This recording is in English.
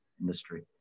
industry